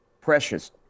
Precious